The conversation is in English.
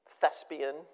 thespian